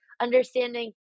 understanding